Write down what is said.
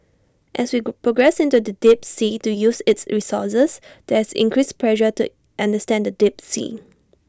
as we progress into the deep sea to use its resources there is increased pressure to understand the deep sea